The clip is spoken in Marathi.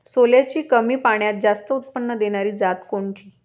सोल्याची कमी पान्यात जास्त उत्पन्न देनारी जात कोनची?